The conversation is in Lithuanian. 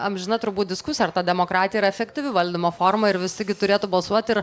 amžina turbūt diskusija ar ta demokratija yra efektyvi valdymo forma ir visi gi turėtų balsuoti ir